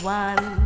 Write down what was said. one